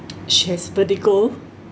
she has spectacle